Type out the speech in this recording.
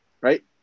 right